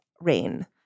Rain